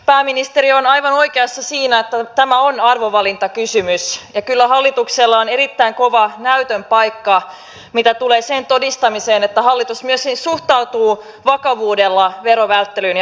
pääministeri on aivan oikeassa siinä että tämä on arvovalintakysymys ja kyllä hallituksella on erittäin kova näytön paikka mitä tulee sen todistamiseen että hallitus myöskin suhtautuu vakavuudella verovälttelyyn ja veroparatiiseihin